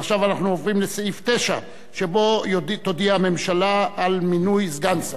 ועכשיו אנחנו עוברים לסעיף 9 שבו תודיע הממשלה על מינוי סגן שר.